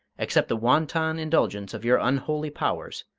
except the wanton indulgence of your unholy powers,